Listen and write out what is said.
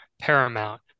Paramount